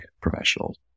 professionals